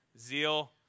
Zeal